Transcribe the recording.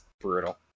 brutal